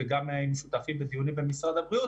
וגם היינו שותפים בדיונים במשרד הבריאות,